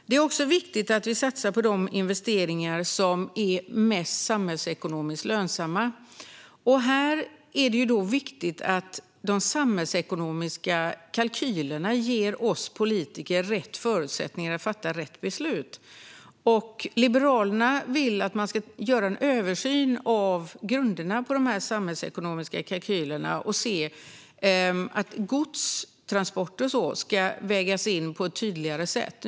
Det är också viktigt att vi satsar på de investeringar som är mest samhällsekonomiskt lönsamma. Det är därför viktigt att de samhällsekonomiska kalkylerna ger oss politiker rätt förutsättningar att fatta rätt beslut. Liberalerna vill se en översyn av grunderna för dessa samhällsekonomiska kalkyler och att godstransporterna vägs in på ett tydligare sätt.